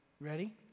Ready